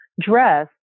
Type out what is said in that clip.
dress